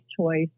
choice